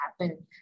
happen